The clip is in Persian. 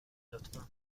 لطفا